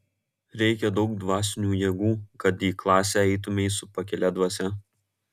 reikia daug dvasinių jėgų kad į klasę eitumei su pakilia dvasia